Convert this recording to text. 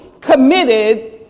committed